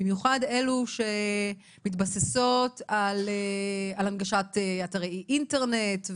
במיוחד אלה שמתבססות על הנגשת אתרי אינטרנט,